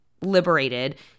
liberated –